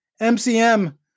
MCM